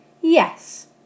Yes